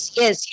yes